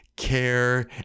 care